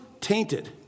tainted